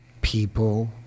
people